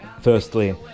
firstly